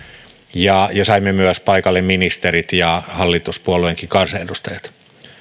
ja saimme paikalle myös ministerit ja hallituspuolueidenkin kansanedustajat